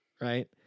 right